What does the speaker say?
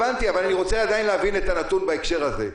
אבל אני עדיין רוצה להבין את הנתון בהקשר הזה.